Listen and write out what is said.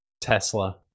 Tesla